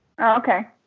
okay